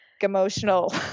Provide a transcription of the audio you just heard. emotional